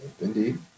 Indeed